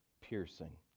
piercing